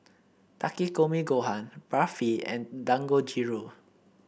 Takikomi Gohan Barfi and Dangojiru